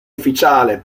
ufficiale